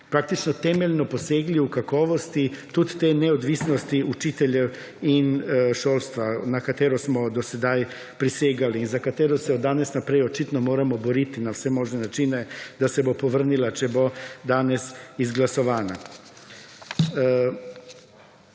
praktično temeljno posegli v kakovosti tudi te neodvisnosti učiteljev in šolstva na katero smo do sedaj prisegali in za katero se od danes naprej očitno moramo boriti na vse možne način, da se bo povrnila, če bo danes izglasovana.